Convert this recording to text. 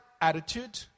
attitude